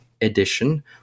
edition